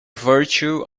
virtue